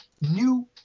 new